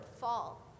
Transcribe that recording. fall